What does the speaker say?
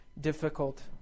difficult